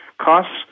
costs